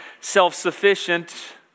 self-sufficient